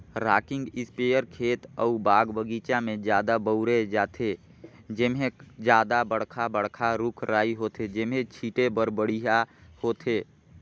rocking sprayer खेत अउ बाग बगीचा में जादा बउरे जाथे, जेम्हे जादा बड़खा बड़खा रूख राई होथे तेम्हे छीटे बर बड़िहा होथे